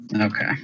Okay